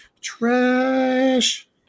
trash